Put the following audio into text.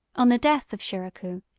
on the death of shiracouh,